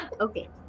Okay